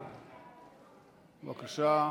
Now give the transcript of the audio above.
בבקשה,